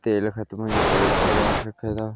तेल खत्म होए ते तेल एडवांस रक्खे दा